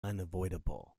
unavoidable